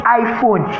iphone